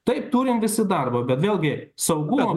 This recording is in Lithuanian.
taip turim visi darbo bet vėlgi saugumo